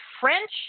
French